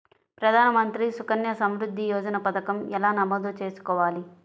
ప్రధాన మంత్రి సుకన్య సంవృద్ధి యోజన పథకం ఎలా నమోదు చేసుకోవాలీ?